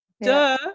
duh